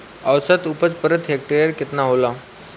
औसत उपज प्रति हेक्टेयर केतना होला?